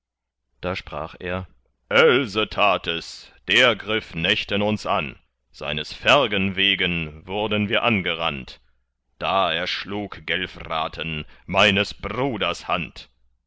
da sprach er else tat es der griff nächten uns an seines fergen wegen wurden wir angerannt da erschlug gelfraten meines bruders hand